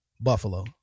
Buffalo